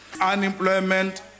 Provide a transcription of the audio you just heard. Unemployment